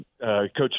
Coach